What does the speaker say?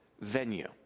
venue